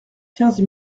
quinze